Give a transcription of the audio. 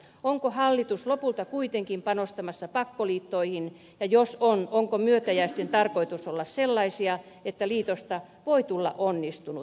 onko hallitus lopulta kuitenkin painostamassa pakkoliittoihin ja jos on onko myötäjäisten tarkoitus olla sellaisia että liitosta voi tulla onnistunut